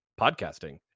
podcasting